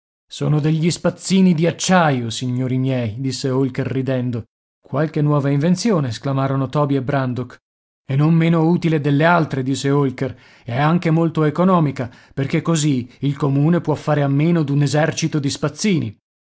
sono degli spazzini di acciaio signori miei disse holker ridendo qualche nuova invenzione esclamarono toby e brandok e non meno utile delle altre disse holker e anche molto economica perché così il comune può fare a meno d'un esercito di spazzini